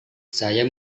saya